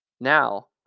Now